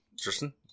Tristan